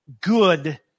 good